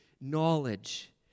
knowledge